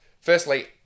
Firstly